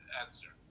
answer